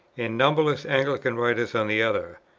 and numberless anglican writers on the other.